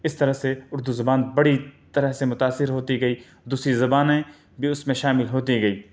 اس طرح سے اردو زبان بڑی طرح سے متاثر ہوتی گئی دوسری زبا ں میں بھی اس میں شامل ہوتی گئی